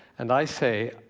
and i say,